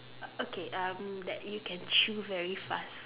uh okay um that you can chew very fast